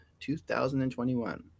2021